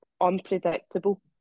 unpredictable